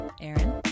Aaron